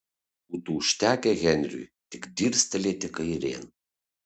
būtų užtekę henriui tik dirstelėti kairėn